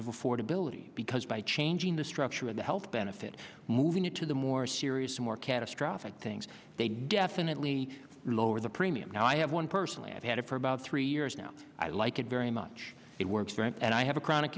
of affordability because by changing the structure of the health benefit moving into the more serious more catastrophic things they definitely lower the premium now i have one personally i've had a probe of three years now i like it very much it works and i have a chronic